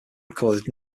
recorded